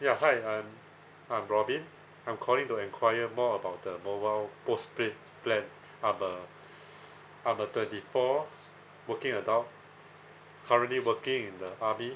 ya hi I'm I'm robin I'm calling to enquire more about the mobile postpaid plan I'm a I'm a thirty four working adult currently working in the army